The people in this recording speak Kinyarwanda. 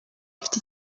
mfite